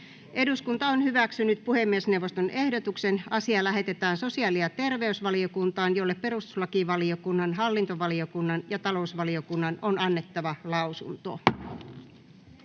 2. asia. Puhemiesneuvosto on ehdottanut, että asia lähetetään sosiaali- ja terveysvaliokuntaan, jolle perustuslakivaliokunnan, hallintovaliokunnan ja talousvaliokunnan on annettava lausunto.